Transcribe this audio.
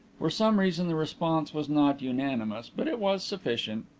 for some reason the response was not unanimous, but it was sufficient.